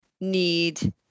need